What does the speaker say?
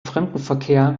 fremdenverkehr